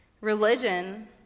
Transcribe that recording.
Religion